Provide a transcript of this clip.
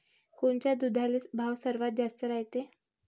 कोनच्या दुधाले भाव सगळ्यात जास्त रायते?